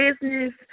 business